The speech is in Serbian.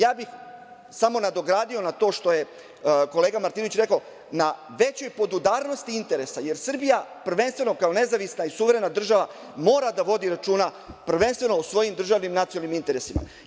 Ja bih samo nadogradio na to što je kolega Martinović rekao na većoj podudarnosti interesa, jer Srbija, prvenstveno kao nezavisna i suverena država mora da vodi računa, prvenstveno o svojim državnim nacionalnim interesima.